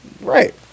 Right